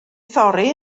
thorri